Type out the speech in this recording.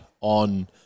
on